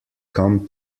come